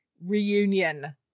reunion